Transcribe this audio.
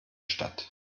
stadt